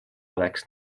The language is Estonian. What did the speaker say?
oleks